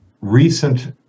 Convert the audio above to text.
recent